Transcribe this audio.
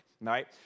right